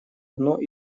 одно